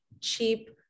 cheap